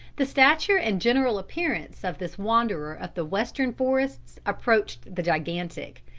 the stature and general appearance of this wanderer of the western forests approached the gigantic.